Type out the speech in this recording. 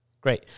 great